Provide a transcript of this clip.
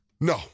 No